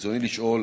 ברצוני לשאול: